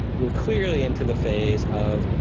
we are clearly into the phase of,